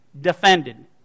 defended